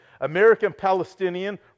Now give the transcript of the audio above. American-Palestinian